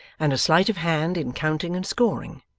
and a sleight-of-hand in counting and scoring,